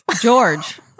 George